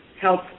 help